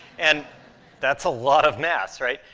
and that's a lot of mass, right?